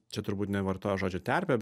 čia turbūt nevartoja žodžio terpė